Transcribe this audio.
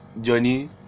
johnny